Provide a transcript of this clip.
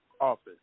office